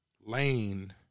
lane